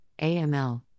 AML